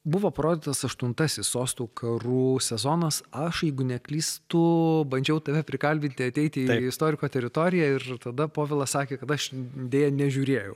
buvo parodytas aštuntasis sostų karų sezonas aš jeigu neklystu bandžiau tave prikalbinti ateiti į istoriko teritoriją ir tada povilas sakė kad aš deja nežiūrėjau